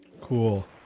Cool